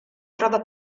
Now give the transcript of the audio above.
trova